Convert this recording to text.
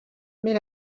mais